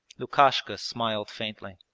lukashka smiled faintly.